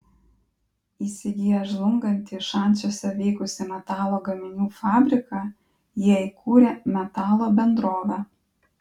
įsigiję žlungantį šančiuose veikusį metalo gaminių fabriką jie įkūrė metalo bendrovę